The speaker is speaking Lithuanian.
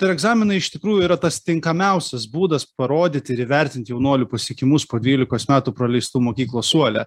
ir egzaminai iš tikrųjų yra tas tinkamiausias būdas parodyt ir įvertint jaunuolių pasiekimus po dvylikos metų praleistų mokyklos suole